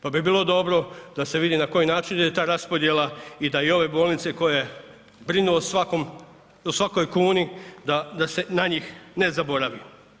Pa bi bilo dobro da se vidi na koji način ide ta raspodjela i da i ove bolnice koje brinu o svakoj kuni da se na njih ne zaboravi.